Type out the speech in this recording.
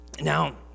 Now